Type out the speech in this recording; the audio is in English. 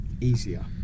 easier